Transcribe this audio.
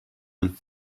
and